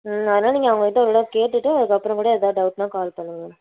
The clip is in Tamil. ம் அதனால் நீங்கள் அவங்கக் கிட்டே ஒரு தடவை கேட்டுவிட்டு அதுக்கப்புறம் கூட எதாவது டவுட்னால் கால் பண்ணுங்க